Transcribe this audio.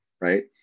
right